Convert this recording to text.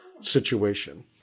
situation